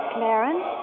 Clarence